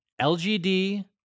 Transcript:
LGD